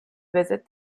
visit